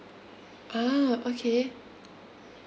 ah okay